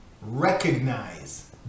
recognize